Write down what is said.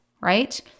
right